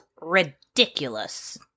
ridiculous